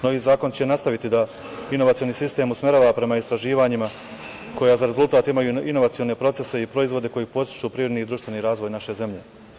Novi zakon će nastaviti da inovacioni sistem usmerava prema istraživanjima koja za rezultat imaju inovacione procese i proizvode koji podstiču privredni i društveni razvoj naše zemlje.